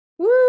Woo